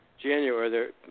January